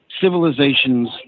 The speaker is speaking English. civilizations